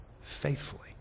faithfully